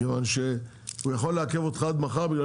כיוון שהוא יכול לעכב אותך עד מחר בגלל